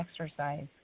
exercise